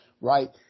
right